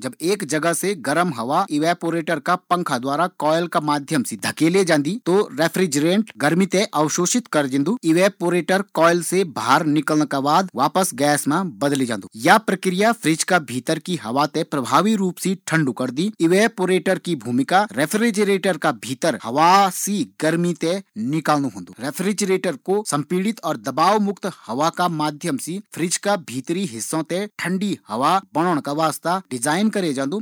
ज़ब एक जगह से गर्म हवा इवेपोरेटर का द्वारा पंखा का माध्यम सी बेहद उच्च दबाब पर कोईल का माध्यम सी अगने बधाये जांदी त फ्रिज का भीतर कु हिस्सा बेहद ठंडू ह्वे जांदु, इवेपोरेटर की भूमिका गर्म का फ्रिज का भीतर से गर्म हवा ते हवा ते अवशोषित करिक वे ठंडू करण की होंदी